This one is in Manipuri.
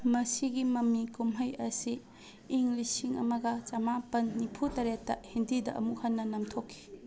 ꯃꯁꯤꯒꯤ ꯃꯃꯤ ꯀꯨꯝꯍꯩ ꯑꯁꯤ ꯏꯪ ꯂꯤꯁꯤꯡ ꯑꯃꯒ ꯆꯃꯥꯄꯜ ꯅꯤꯐꯨ ꯇꯔꯦꯠꯇ ꯍꯤꯟꯗꯤꯗ ꯑꯃꯨꯛ ꯍꯟꯅ ꯅꯝꯊꯣꯛꯈꯤ